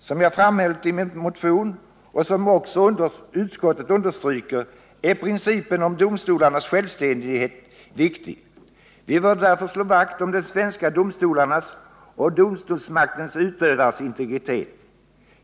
Som jag betonat i min motion och som också utskottet understryker är principen om domstolarnas självständighet viktig. Vi bör därför slå vakt om de svenska domstolarnas och domstolsmaktens utövares integritet.